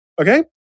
Okay